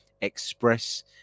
Express